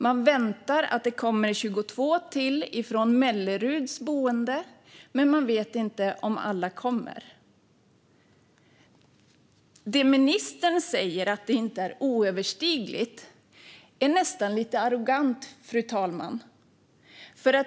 Man väntar att det kommer 22 till från Melleruds boende, men man vet inte om alla kommer. Det ministern säger, att det inte är överstigligt, är nästan lite arrogant, fru talman.